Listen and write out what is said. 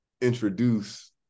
introduce